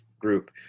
group